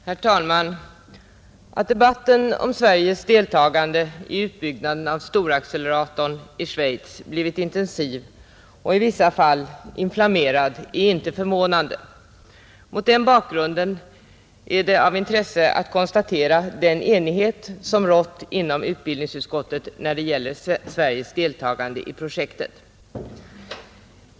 Herr talman! Att debatten om Sveriges deltagande i utbyggnaden av storacceleratorn i Schweiz blivit intensiv och i vissa fall inflammerad är inte förvånande. Mot den bakgrunden är det av intresse att konstatera den enighet som rått inom utbildningsutskottet när det gäller Sveriges deltagande i projektet.